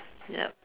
ya